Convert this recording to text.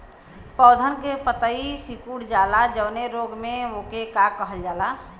पौधन के पतयी सीकुड़ जाला जवने रोग में वोके का कहल जाला?